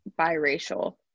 biracial